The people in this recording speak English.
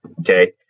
Okay